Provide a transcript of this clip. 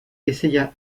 essaya